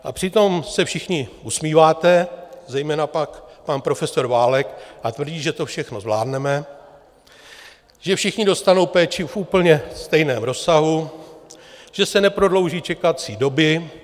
A přitom se všichni usmíváte, zejména pak pan profesor Válek a tvrdí, že to všechno zvládneme, že všichni dostanou péči v úplně stejném rozsahu, že se neprodlouží čekací doby.